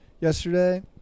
yesterday